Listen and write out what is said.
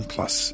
Plus